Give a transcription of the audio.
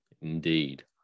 Indeed